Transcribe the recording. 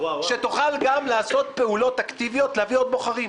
שתוכל גם לעשות פעולות אקטיביות להביא עוד בוחרים.